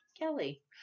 Kelly